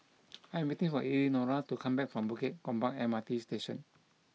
I am waiting for Elenora to come back from Bukit Gombak M R T Station